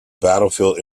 battlefield